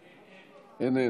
איננו.